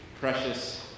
precious